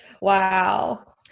Wow